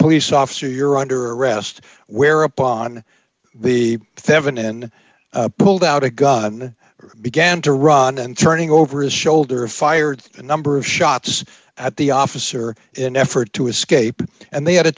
police officer you're under arrest whereupon the theban in pulled out a gun began to run and turning over his shoulder fired a number of shots at the officer in an effort to escape and they had